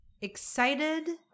excited